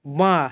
বাঁ